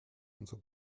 unser